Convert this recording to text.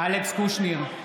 קושניר,